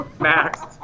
Max